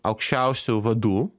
aukščiausių vadų